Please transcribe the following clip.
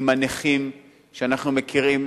עם הנכים שאנחנו מכירים,